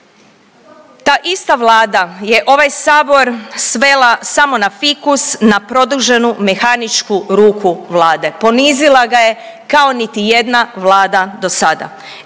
Ta ista Vlada je ovaj Sabor svela samo na fikus, na produženu, mehaničku ruku Vlade, ponizila ga je kao niti jedna Vlada do sada.